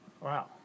Wow